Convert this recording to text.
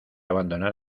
abandonar